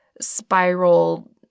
spiral